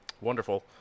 Wonderful